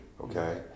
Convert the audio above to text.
okay